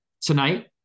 Tonight